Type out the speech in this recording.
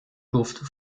durfte